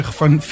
van